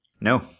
No